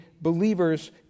believers